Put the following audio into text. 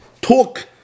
talk